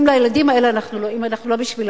אם אנחנו לא בשביל